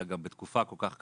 אלא גם בתקופה כל-כך קשה,